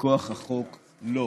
בכוח החוק "לא"?